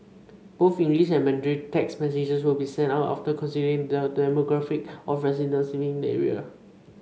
both English and Mandarin text messages will be sent out after considering the demographic of residents living in the area